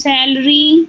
Salary